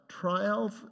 trials